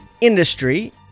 industry